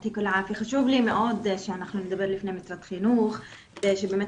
חשוב לי מאוד שאנחנו נדבר לפני משרד החינוך כדי שבאמת